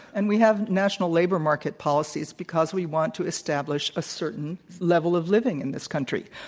and we have national labor market policies because we want to establish a certain level of living in this country.